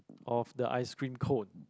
of the ice cream cone